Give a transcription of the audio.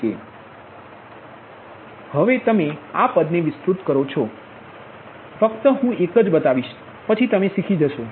P2k14V2VkY2kcos2k 2k હવે તમે આ પદ ને વિસ્તૃત કરો છો ફક્ત હું 1 બતાવીશ પછી તમે સીખી જશો